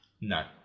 No